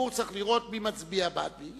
הציבור צריך לראות מי מצביע בעד מי.